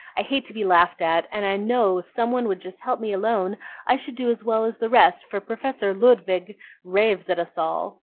i hate to be laughed at and i know if some one would just help me alone i should do as well as the rest, for professor ludwig raves at us all.